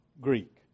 Greek